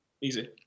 Easy